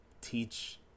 teach